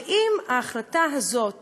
ואם ההחלטה הזאת